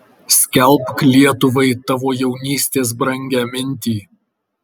skelbk lietuvai tavo jaunystės brangią mintį